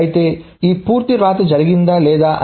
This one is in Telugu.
అయితే ఈ పూర్తి వ్రాత జరిగిందా లేదా అని